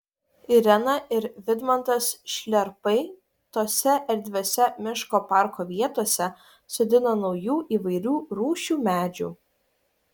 irena ir vidmantas šliarpai tose erdviose miško parko vietose sodina naujų įvairių rūšių medžių